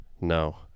No